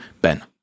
Ben